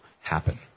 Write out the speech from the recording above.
happen